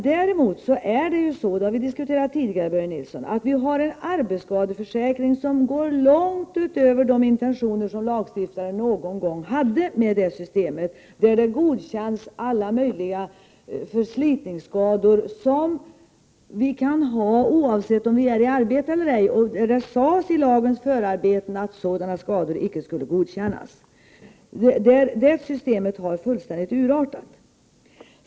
Däremot är det så — detta har vi diskuterat tidigare, Börje Nilsson — att vi har en arbetsskadeförsäkring som går långt utöver de intentioner som lagstiftaren någonsin hade vid införandet av systemet. Man godkänner alla möjliga förslitningsskador som vi kan ha oavsett om vi är i arbete eller ej. Det sades i förarbetena till lagen att sådana skador icke skulle godkännas. Systemet har fullständigt urartat.